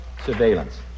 surveillance